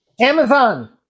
Amazon